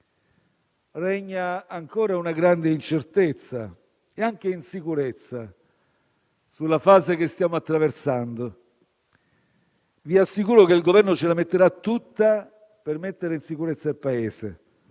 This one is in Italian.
Regnano ancora una grande incertezza e insicurezza sulla fase che stiamo attraversando. Vi assicuro che il Governo ce la metterà tutta per mettere in sicurezza il Paese.